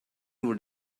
would